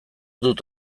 dut